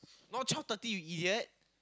not twelve thirty you idiot